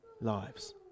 lives